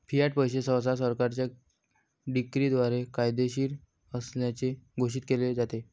Fiat पैसे सहसा सरकारच्या डिक्रीद्वारे कायदेशीर असल्याचे घोषित केले जाते